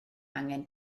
angen